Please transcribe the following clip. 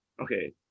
okay